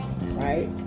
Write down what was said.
right